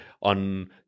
on